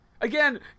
Again